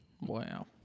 Wow